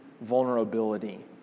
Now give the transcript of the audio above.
vulnerability